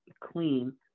clean